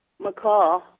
McCall